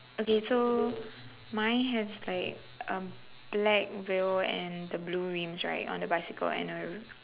okay so mine has like um black veil and the blue rims right on the bicycle and a